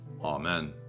Amen